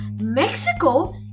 Mexico